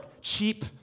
cheap